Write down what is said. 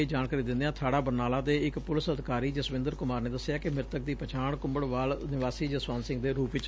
ਇਹ ਜਾਣਕਾਰੀ ਦਿੰਦਿਆਂ ਬਾਣਾ ਬਰਨਾਲਾ ਦੇ ਇਕ ਪੁਲਿਸ ਅਧਿਕਾਰੀ ਜਸਵਿੰਦਰ ਕੁਮਾਰ ਨੇ ਦੱਸਿਐ ਕਿ ਮ੍ਰਿਤਕ ਦੀ ਪਛਾਣ ਕੁੰਭੜਵਾਲ ਨਿਵਾਸੀ ਜਸਵੰਤ ਸੰੰਘ ਦੇ ਰੁਪ ਚ ਹੋਈ ਐ